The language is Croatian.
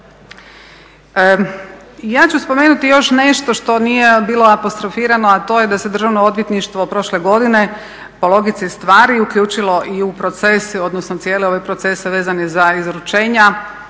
Ja ću spomenuti još nešto što nije bilo apostrofirano a to je da se Državno odvjetništvo prošle godine po logici stvari uključilo i u procese, odnosno cijele ove procese vezana za izručenja